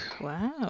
Wow